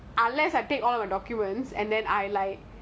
oh so no choice lah so you have to go